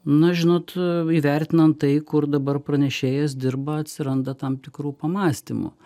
na žinot įvertinant tai kur dabar pranešėjas dirba atsiranda tam tikrų pamąstymų